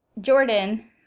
Jordan